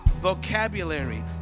vocabulary